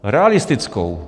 Realistickou.